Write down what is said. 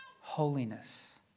holiness